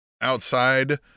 outside